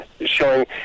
showing